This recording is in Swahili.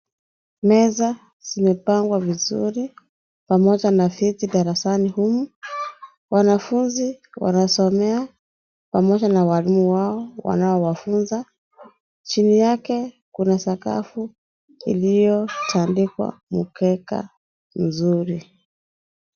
Meza zimepangwa vizuri pamoja na viti darasani humu wanafunzi wanasomea pamoja na walimu wanaowafunza chini yake kuna sakafu iliyotandikwa mkeka mzuri.